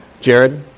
Jared